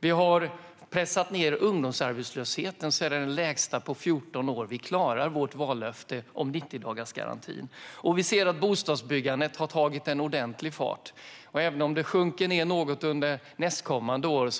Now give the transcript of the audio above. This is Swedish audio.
Vi har pressat ned ungdomsarbetslösheten. Den är nu den lägsta på 14 år. Vi klarar vårt vallöfte om 90-dagarsgarantin. Bostadsbyggandet har tagit en ordentlig fart, även om det sjunker något under nästkommande år.